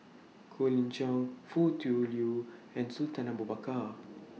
Colin Cheong Foo Tui Liew and Sultan Abu Bakar